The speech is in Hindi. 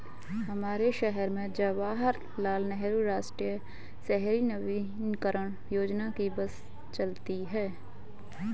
हमारे शहर में जवाहर लाल नेहरू राष्ट्रीय शहरी नवीकरण योजना की बस चलती है